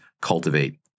cultivate